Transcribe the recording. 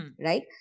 right